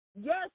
Yes